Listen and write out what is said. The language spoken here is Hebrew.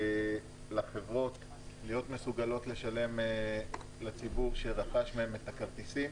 לחברות להיות מסוגלות לשלם לציבור שרכש מהן את הכרטיסים.